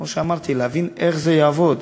כמו שאמרתי, להבין איך זה יעבוד.